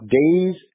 days